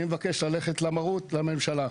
אני מבקש ללכת למרות, לממשלה.